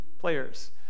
players